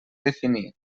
definir